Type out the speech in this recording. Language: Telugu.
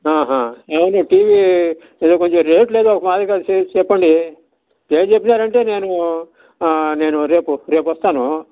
నేను టీవీ ఏదో కొంచం రేట్లు ఏదో ఒక మాదిరిగా చేసి చెప్పండి రేట్ చెప్పినారు అంటే నేను నేను రేపు రేపు వస్తాను